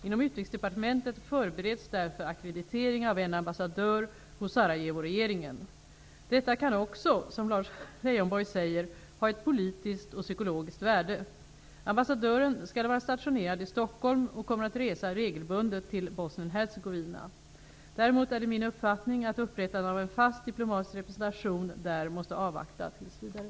Inom Utrikesdepartementet förbereds därför ackreditering av en ambassadör hos Sarajevoregeringen. Detta kan också, som Lars Leijonborg säger, ha ett politiskt och psykologiskt värde. Ambassadören skall vara stationerad i Stockholm och kommer att resa regelbundet till Bosnien-Hercegovina. Däremot är det min uppfattning att upprättandet av en fast diplomatisk representation där måste avvaktas tills vidare.